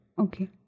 Okay